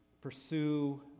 pursue